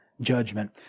judgment